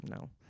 No